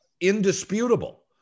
indisputable